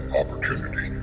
opportunity